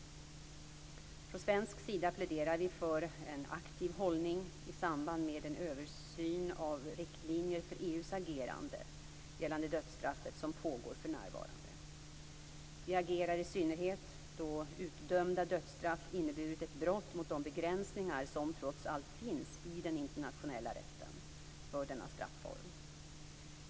Från svensk sida pläderar vi för en aktiv hållning i samband med den översyn av riktlinjer för EU:s agerande gällande dödsstraffet som pågår för närvarande. Vi agerar i synnerhet då utdömda dödsstraff inneburit ett brott mot de begränsningar som trots allt finns i den internationella rätten för denna strafform.